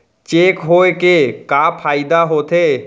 Cheque होए के का फाइदा होथे?